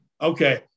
Okay